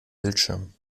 bildschirm